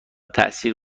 تأثیر